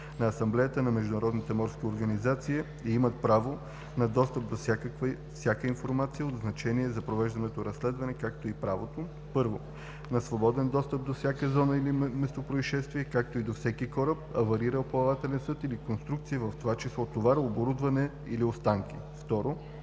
на Асамблеята на Международната морска организация, и имат право на достъп до всяка информация от значение за провежданото разследване, както и право: 1. на свободен достъп до всяка зона или местопроизшествие, както и до всеки кораб, аварирал плавателен съд или конструкция, в това число товар, оборудване или останки; 2.